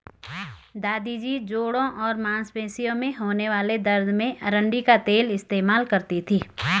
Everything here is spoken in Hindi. दादी जी जोड़ों और मांसपेशियों में होने वाले दर्द में अरंडी का तेल इस्तेमाल करती थीं